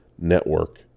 network